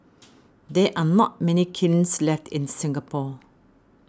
there are not many kilns left in Singapore